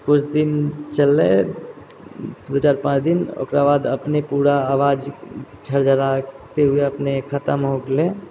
कुछ दिन चललै दू चारि पाँच दिन ओकरा बाद अपने पूरा आवाज झड़झड़ाते हुए अपने खतम हो गेलै